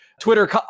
Twitter